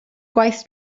gwaith